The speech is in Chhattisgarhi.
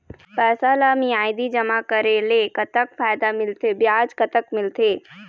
पैसा ला मियादी जमा करेले, कतक फायदा मिलथे, ब्याज कतक मिलथे?